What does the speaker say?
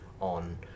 on